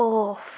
off